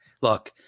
look